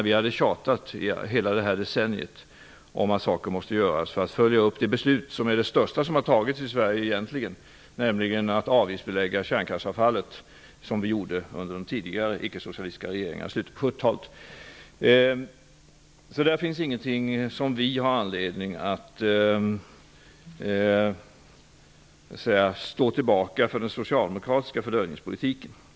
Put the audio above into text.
Vi hade tjatat hela decenniet om att det var nödvändigt att följa upp det största beslut som hade fattats i Sverige, nämligen att avgiftsbelägga kärnkraftsavfallet. Det skedde under den tidigare icke-socialistiska regeringen i slutet av 1970-talet. Det finns ingen anledning för oss att stå tillbaka för den socialdemokratiska fördröjningspolitiken.